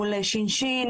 מול ש"ש,